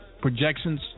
projections